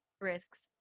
risks